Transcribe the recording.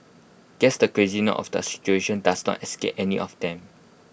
guess the craziness of the situation does not escape any of them